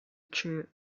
two